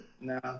No